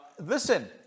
Listen